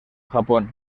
japón